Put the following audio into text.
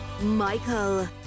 Michael